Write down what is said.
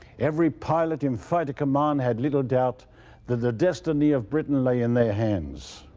every pilot in fighter command had little doubt that the destiny of britain lay in their hands.